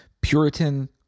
Puritan